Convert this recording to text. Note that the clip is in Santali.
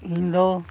ᱤᱧ ᱫᱚ